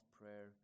prayer